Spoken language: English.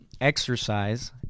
Exercise